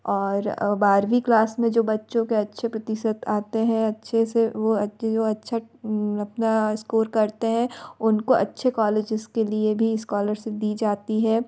और बारवीं क्लास में जो बच्चों के अच्छे प्रतिशत आते हैं अच्छे से वो जो अच्छा अपना इस्कोर करते हैं उनको अच्छे कॉलेजेस के लिए भी इस्कॉलरसिप दी जाती है